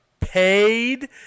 paid